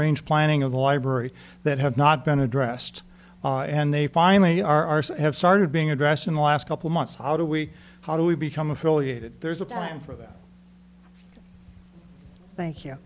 range planning of the library that have not been addressed and they finally are have started being addressed in the last couple months how do we how do we become affiliated there's a time for that thank you